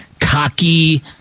cocky